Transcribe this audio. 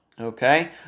Okay